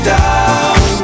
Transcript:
down